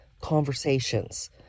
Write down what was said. conversations